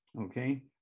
okay